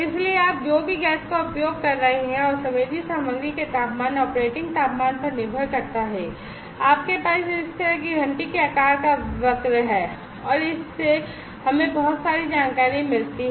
इसलिए आप जो भी गैस का उपयोग कर रहे हैं और संवेदी सामग्री के तापमान ऑपरेटिंग तापमान पर निर्भर करता है आपके पास इस तरह की घंटी के आकार का वक्र है और इससे हमें बहुत सारी जानकारी मिलती है